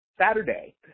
Saturday